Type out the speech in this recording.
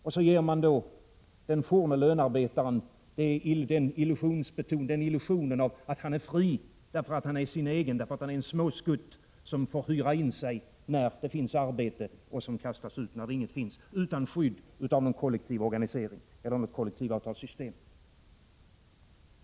Man ger då den forne lönearbetaren illusionen att han är fri därför att han är sin egen och därför att han är en småskutt, som får hyra in sig när det finns arbete och som kastas ut när inget arbete finns utan skydd av någon kollektiv organisering eller något kollektivavtalssystem.